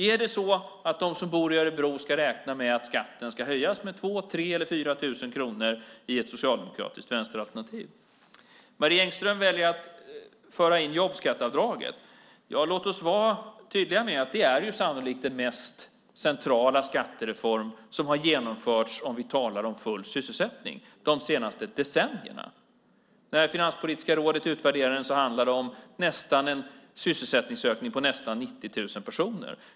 Är det så att de som bor i Örebro ska räkna med att skatten höjs med 2 000, 3 000 eller 4 000 kronor med ett socialdemokratiskt vänsteralternativ? Marie Engström väljer att föra in jobbskatteavdraget. Låt oss vara tydliga med att det sannolikt är den mest centrala skattereform som har genomförts de senaste decennierna, om vi talar om full sysselsättning. När Finanspolitiska rådet utvärderar reformen handlar det om en sysselsättningsökning på nästan 90 000 personer.